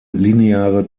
lineare